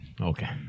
Okay